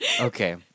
Okay